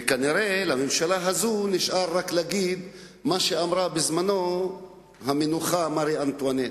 וכנראה לממשלה הזאת נשאר רק להגיד מה שאמרה המנוחה מרי אנטואנט,